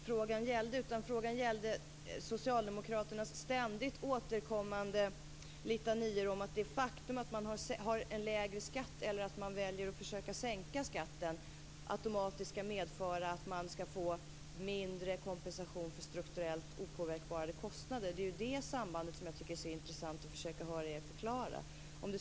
Fru talman! Det var inte det frågan gällde, utan frågan gällde socialdemokraternas ständigt återkommande litanior om att det faktum att man har en lägre skatt eller att man väljer att försöka sänka skatten automatiskt skall medföra att man skall få mindre kompensation för strukturellt opåverkbara kostnader. Det är det sambandet som jag tycker är så intressant att höra er förklara.